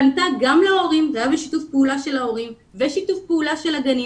פנתה גם להורים זה היה בשיתוף פעולה של ההורים ושיתוף פעולה של הגנים